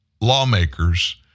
lawmakers